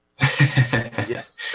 Yes